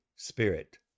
Spirit